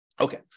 Okay